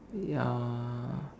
ya